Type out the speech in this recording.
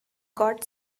got